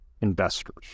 investors